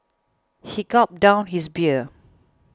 he gulped down his beer